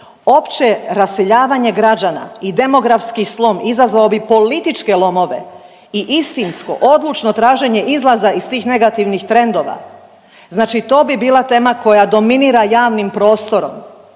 opće raseljavanje građana i demografski slom izazvao bi političke lomove i istinsko odlučno traženje izlaza iz tih negativnih trendova. Znači to bi bila tema koja dominira javnim prostorom.